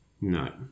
No